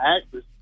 actress